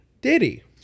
Diddy